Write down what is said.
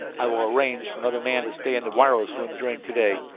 i will arrange for another man to stay in the wireless room during to-day,